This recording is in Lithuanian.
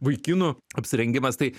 vaikinų apsirengimas tai